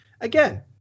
again